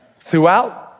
throughout